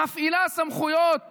מפעילה סמכויות